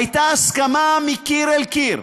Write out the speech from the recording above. הייתה הסכמה מקיר אל קיר,